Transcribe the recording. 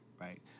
right